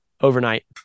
overnight